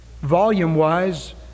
Volume-wise